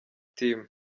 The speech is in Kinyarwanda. team